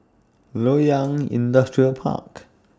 Loyang Industrial Park